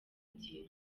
dieu